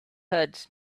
heard